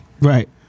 Right